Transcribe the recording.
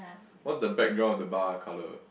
what's the background of the bar color